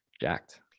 jacked